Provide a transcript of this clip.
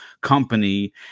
company